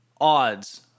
odds